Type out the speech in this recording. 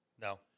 No